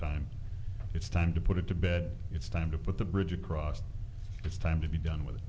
time it's time to put it to bed it's time to put the bridge across it's time to be done with